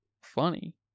funny